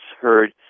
heard